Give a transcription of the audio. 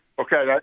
Okay